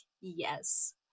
yes